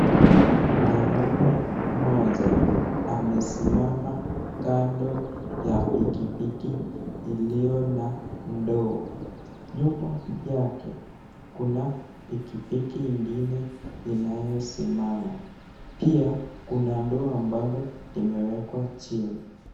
Mwanaume mmoja amesimama kando ya pikipiki iliyo na ndoo. Nyuma yake kuna pikipiki ingine inayosimama. Pia kuna ndoo ambalo limewekwa chini.